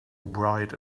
bright